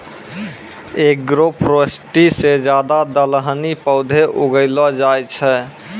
agroforestry से ज्यादा दलहनी पौधे उगैलो जाय छै